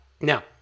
Now